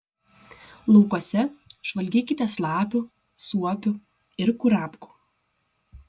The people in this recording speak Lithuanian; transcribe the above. laukuose žvalgykitės lapių suopių ir kurapkų